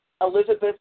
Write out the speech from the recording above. Elizabeth